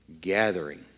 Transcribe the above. gathering